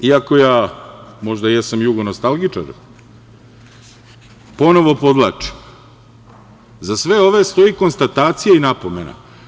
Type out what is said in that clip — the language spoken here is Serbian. Iako možda jesam jugonostalgičar, ponovo podvlačim za sve ove stoji konstatacija i napomena.